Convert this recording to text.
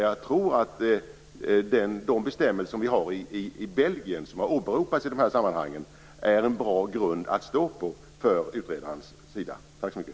Jag tror att de bestämmelser man har i Belgien, som har åberopats i de här sammanhangen, är en bra grund att stå på för utredaren.